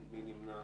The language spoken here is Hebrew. מי נמנע?